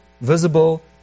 visible